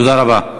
תודה רבה.